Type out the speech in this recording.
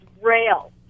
rail